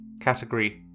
category